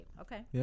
Okay